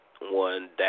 one